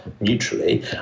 neutrally